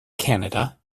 canada